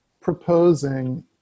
proposing